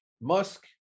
Musk